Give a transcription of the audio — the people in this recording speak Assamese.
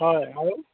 হয় আৰু